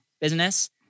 business